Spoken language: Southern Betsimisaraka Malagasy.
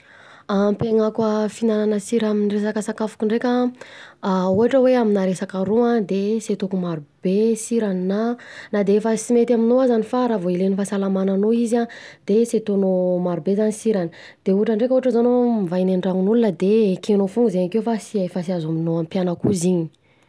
Hampihenako fihinanana sira amin'ny resaka sakafoko ndreka, ohatra aminà resaka ro de sy ataoko marobe sirany na, na de efa sy mety aminao aza fa reva ilain'ny fahasalamananao izy an de sy ataonao marobe zany sirany, de ohatra ndreka zao anô mivahiny andragnon'olona de ekenao fona zay akeo fa sy azonao ampiana ko izy iny.